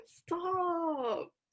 stop